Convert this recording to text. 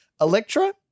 Electra